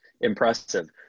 Impressive